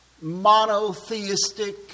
monotheistic